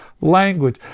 language